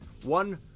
one